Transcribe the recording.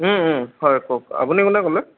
হয় কওক আপুনি কোনে ক'লে